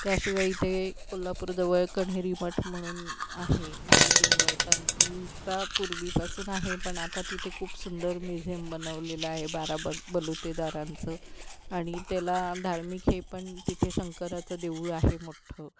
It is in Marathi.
त्याशिवाय इथे एक कोल्हापूरजवळ कण्हेरी मठ म्हणून आहे जो लिंगायतांचा पूर्वीपासून आहे पण आता तिथे खूप सुंदर म्युझियम बनवलेला आहे बारा बर बलुतेदारांचं आणि त्याला धार्मिक हे पण तिथे शंकराचं देऊळ आहे मोठ्ठं